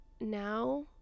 now